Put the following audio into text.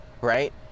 right